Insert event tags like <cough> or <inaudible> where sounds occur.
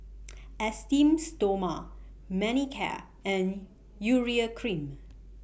<noise> Esteem Stoma Manicare and Urea Cream